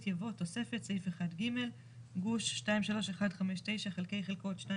יבוא: תוספת: סעיף 1.ג גוש 23159 חלקי חלקות 2,